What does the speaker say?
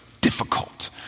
difficult